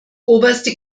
oberste